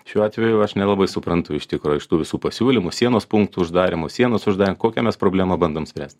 šiuo atveju aš nelabai suprantu iš tikro iš tų visų pasiūlymų sienos punktų uždarymo sienos užda kokią mes problemą bandom spręst